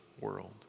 world